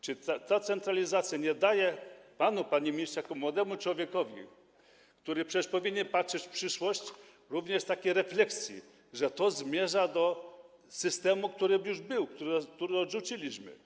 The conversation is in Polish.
Czy ta centralizacja nie skłania pana, panie ministrze, jako młodego człowieka, który przecież powinien patrzeć w przyszłość, również do takiej refleksji, że zmierza to do systemu, który już był, który odrzuciliśmy?